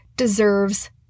deserves